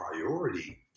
priority